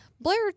blair